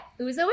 Uzo